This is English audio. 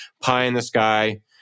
pie-in-the-sky